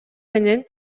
менен